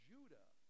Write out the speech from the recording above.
Judah